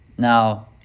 Now